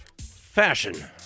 Fashion